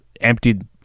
emptied